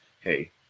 hey